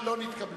לסעיף